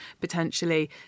potentially